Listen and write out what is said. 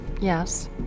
Yes